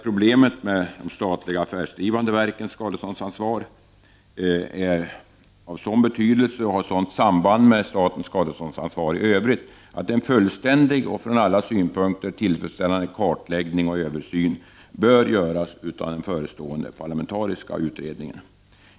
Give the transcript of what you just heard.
Problemet med de statliga affärsdrivande verkens skadeståndsansvar är enligt vår mening av sådan betydelse och har sådant samband med statens skadeståndsansvar i övrigt att en fullständig och ur alla synpunkter tillfredsställande kartläggning och översyn bör göras av den förestående parlamentariska utredningen.